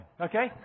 okay